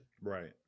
right